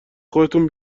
خودتون